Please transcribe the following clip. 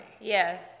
Yes